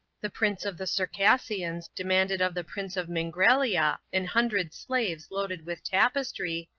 the prince of the circassians demanded of the prince of mingrelia an hundred slaves loaded with tapestry,